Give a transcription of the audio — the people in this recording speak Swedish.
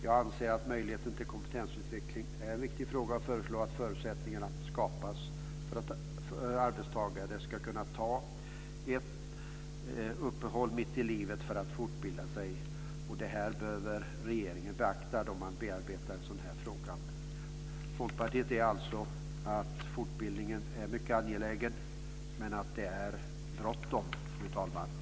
Jag anser att möjligheten till kompetensutveckling är en viktig fråga och föreslår att förutsättningarna skapas för att arbetstagare ska kunna göra ett uppehåll mitt i livet för att kunna fortbilda sig. Det här bör regeringen beakta när den bearbetar en sådan här fråga. Folkpartiet anser alltså att fortbildningen är mycket angelägen. Det är bråttom, fru talman!